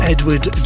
Edward